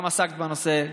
גם עסקת בנושא,